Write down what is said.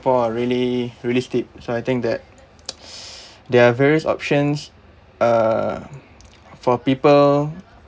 are really really steep so I think that there are various options uh for people